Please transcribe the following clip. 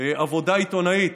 עבודה עיתונאית,